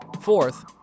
Fourth